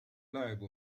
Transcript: لاعب